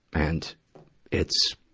and it's,